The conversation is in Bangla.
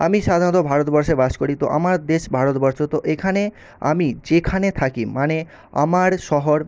আমি সাধারণত ভারতবর্ষে বাস করি তো আমার দেশ ভারতবর্ষ তো এখানে আমি যেখানে থাকি মানে আমার শহর